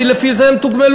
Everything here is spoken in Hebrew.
כי לפי זה הם תוגמלו.